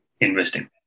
investing